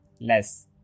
less